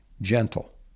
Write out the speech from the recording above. gentle